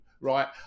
right